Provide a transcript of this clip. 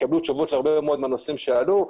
התקבלו תשובות להרבה מאוד מהנושאים שעלו.